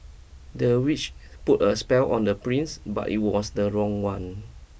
the witch put a spell on the prince but it was the wrong one